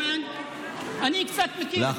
(אומר בערבית: בן אדם,